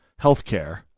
healthcare